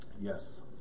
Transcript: Yes